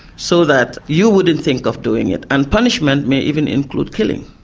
so that you wouldn't think of doing it. and punishment may even include killing.